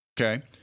okay